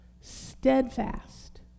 steadfast